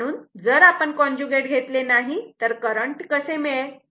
म्हणून जर आपण कॉन्जुगेट घेतले नाही तर करंट कसे मिळेल